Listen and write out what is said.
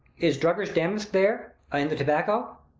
is drugger's damask there, and the tobacco?